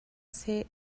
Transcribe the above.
seh